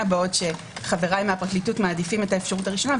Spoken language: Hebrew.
למרות שחבריי מהפרקליטות מעדיפים את הראשונה,